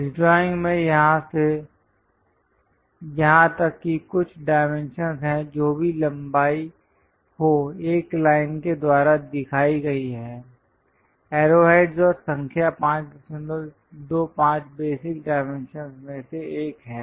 इस ड्राइंग में यहाँ से यहाँ तक कि कुछ डाइमेंशंस है जो भी लंबाई हो एक लाइन के द्वारा दिखाई गई है एरोहेडस् और संख्या 525 बेसिक डाइमेंशंस में से एक है